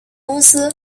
公司